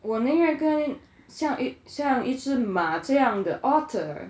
我宁愿跟像一像一直马一样的 otter